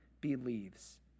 believes